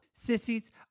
Sissies